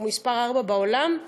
אנחנו מספר ארבע בעולם,